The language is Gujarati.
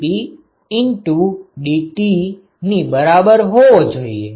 Cp x dT ની બરાબર હોવો જોઈએ